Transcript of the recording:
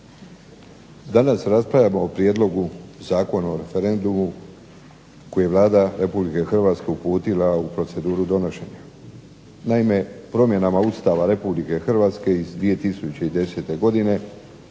Danas raspravljamo o prijedlogu Zakona o referendumu koji je Vlada Republike Hrvatske uputila u proceduru donošenja. Naime, promjenama Ustava RH iz 2010. godine